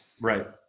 Right